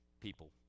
People